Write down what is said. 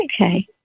Okay